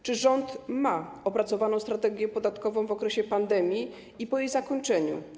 Czy rząd ma opracowaną strategię podatkową w okresie pandemii i po jej zakończeniu?